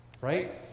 Right